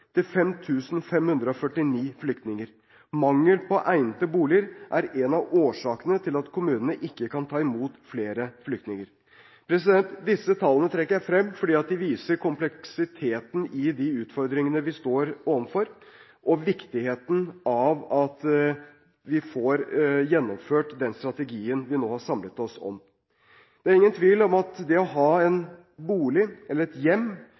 3 829 flyktninger i mottak og ventet på bosetting. Per 31. mars 2014 var tallet økt til 5 549. Mangel på egnede boliger er en av årsakene til at kommunene ikke kan ta imot flere flyktninger. Disse tallene trekker jeg frem fordi de viser kompleksiteten i de utfordringene vi står overfor, og viktigheten av at vi får gjennomført den strategien vi nå har samlet oss om. Det er ingen tvil om at det å ha